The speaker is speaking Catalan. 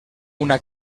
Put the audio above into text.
una